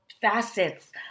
facets